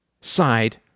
side